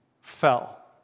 fell